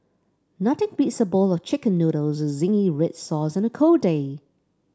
nothing beats a bowl of chicken noodles with zingy red sauce on a cold day